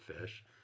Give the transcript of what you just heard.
fish